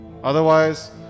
Otherwise